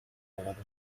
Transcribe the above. legado